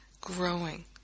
growing